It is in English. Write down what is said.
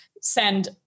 send